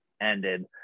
ended